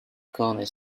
corner